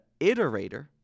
iterator